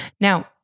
Now